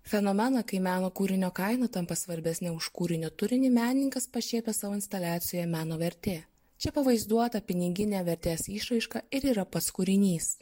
fenomeną kai meno kūrinio kaina tampa svarbesnė už kūrinio turinį menininkas pašiepia savo instaliacijoje meno vertė čia pavaizduota piniginė vertės išraiška ir yra pats kūrinys